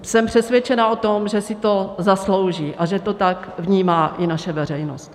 Jsem přesvědčena o tom, že si to zaslouží a že to tak vnímá i naše veřejnost.